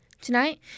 tonight